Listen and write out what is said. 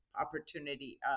opportunity